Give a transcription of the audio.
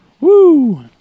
Woo